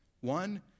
One